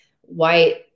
white